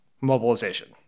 mobilization